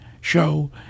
show